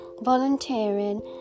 volunteering